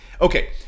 okay